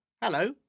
hello